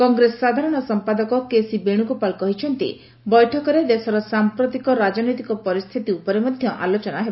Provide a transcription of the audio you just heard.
କଂଗ୍ରେସ ସାଧାରଣ ସମ୍ପାଦକ କେସି ବେଣୁଗୋପାଳ କହିଛନ୍ତି ବୈଠକରେ ଦେଶର ସାମ୍ପ୍ରତିକ ରାଜନୈତିକ ପରିସ୍ଥିତି ଉପରେ ମଧ୍ୟ ଆଲୋଚନା ହେବ